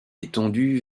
étendue